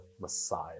Messiah